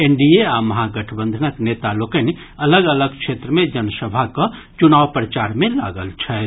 NDA आ महागठबंधनक नेता लोकनि अलग अलग क्षेत्र मे जनसभा कऽ चुनाव प्रचार मे लागल छथि